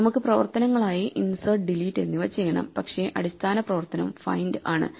നമുക്ക് പ്രവർത്തനങ്ങളായി insert delete എന്നിവ ചെയ്യണം പക്ഷേ പ്രധാന അടിസ്ഥാന പ്രവർത്തനം ഫൈൻഡ് ആണ്